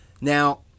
Now